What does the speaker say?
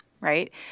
Right